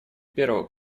первого